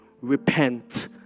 repent